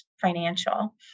financial